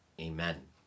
Amen